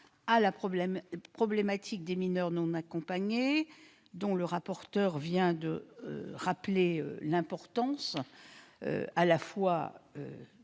à la problématique des mineurs non accompagnés, dont le rapporteur vient de rappeler la double importance : d'une